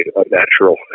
unnatural